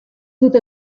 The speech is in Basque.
dute